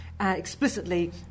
explicitly